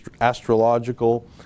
astrological